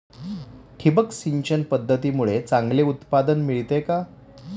ठिबक सिंचन पद्धतीमुळे चांगले उत्पादन मिळते का?